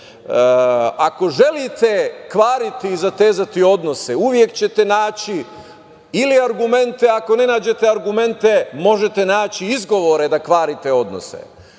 Ako želite kvariti i zatezati odnose, uvek ćete naći ili argumente, ako ne nađete argumente, možete naći izgovore da kvarite odnose. Dakle,